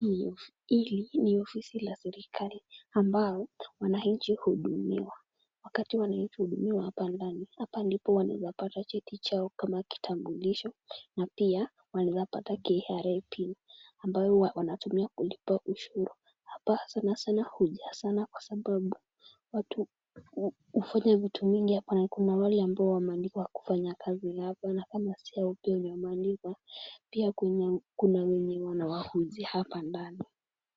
Hili ni ofisi la serikali ambalo wananchi kuhudumiwa. Wakati wananchi uhudumiwa hapa, hapa ndipo wanaweza pata cheti chao kama kitambulisho na pia wanaweza pata KRA pin ambayo wanatumia kulipa ushuru. Hapa sanasana hujaa sana kwa sababu watu hufanya vitu mingi na kuna wale ambao wameandikwa kufanya kazi hapa na pia kuna wenye wanawahoji hapa ndani.